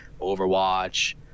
Overwatch